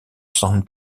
san